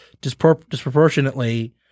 disproportionately